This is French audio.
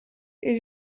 est